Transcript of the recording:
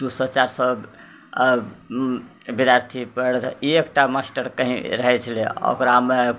दू सओ चारि सओ विद्यार्थीपर एकटा मास्टर कहीँ रहै छलै ओकरामे